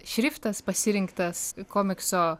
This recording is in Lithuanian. šriftas pasirinktas komikso